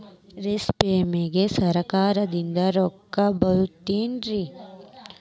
ರೇಷ್ಮೆಗೆ ಸರಕಾರದಿಂದ ರೊಕ್ಕ ಬರತೈತೇನ್ರಿ?